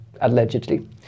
allegedly